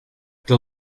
the